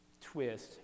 twist